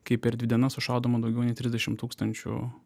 kai per dvi dienas sušaudoma daugiau nei trisdešim tūkstančių